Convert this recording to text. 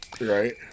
Right